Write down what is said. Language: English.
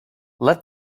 let